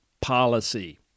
policy